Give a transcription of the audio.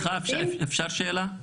אפשר שאלה?